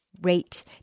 rate